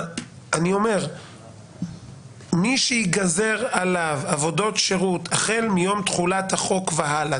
אני אומר שמי שייגזר עליו עבודות שירות החל מיום תחולת החוק והלאה,